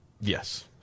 Yes